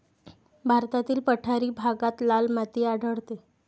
भारतातील पठारी भागात लाल माती आढळते